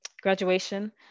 graduation